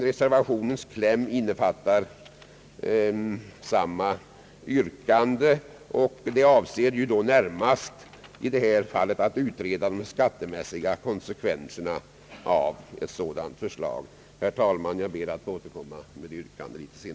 Reservationens kläm innefattar samma yrkande och avser närmast i detta fall en utredning av de skattemässiga konsekvenserna av motionärernas förslag. Herr talman! Jag ber att senare få återkomma med yrkanden.